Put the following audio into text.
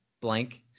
blank